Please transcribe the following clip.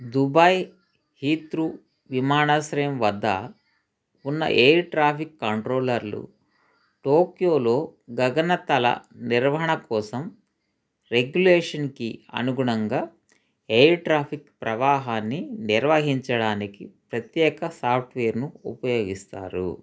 Dubai Heathrow విమానాశ్రయం వద్ద ఉన్న ఎయిర్ ట్రాఫిక్ కంట్రోలర్లు టోక్యోలో గగనతల నిర్వహణ కోసం రెగ్యులేషన్కి అనుగుణంగా ఎయిర్ ట్రాఫిక్ ప్రవాహాన్ని నిర్వహించడానికి ప్రత్యేక సాఫ్ట్వేర్ను ఉపయోగిస్తారు